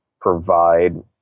provide